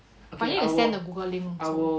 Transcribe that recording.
but you need to send the google links